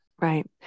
Right